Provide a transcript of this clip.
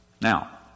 now